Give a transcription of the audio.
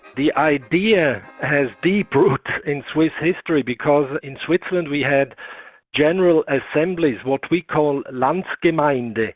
the idea has deep roots in swiss history, because in switzerland we have general assemblies, what we call landsgemeinde.